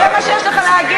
זה מה שיש לך להגיד?